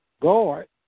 guard